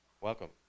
Welcome